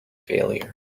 failure